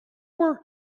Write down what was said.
were